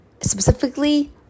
Specifically